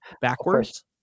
backwards